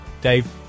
Dave